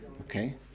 Okay